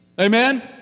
Amen